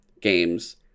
games